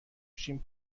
شیم